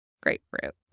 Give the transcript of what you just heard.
Grapefruit